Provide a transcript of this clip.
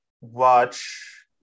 watch